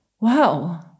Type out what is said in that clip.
wow